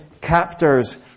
captors